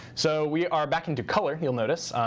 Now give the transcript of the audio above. so we are back into color, you'll notice.